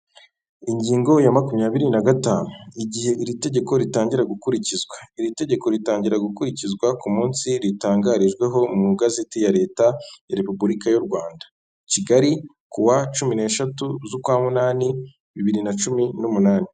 Ingingo ya makumyabiri na gatanu, igihe iri tegeko ritangira gukurikizwa. Iri tegeko ritangira gukurikizwa ku munsi ritangarijweho mu igazeti ya leta ya Repubulika y'u Rwanda. Kigali, ku wa cumi n'eshatu z'ukwa Munani, bibiri na cumi n'umunani.